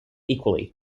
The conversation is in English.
equally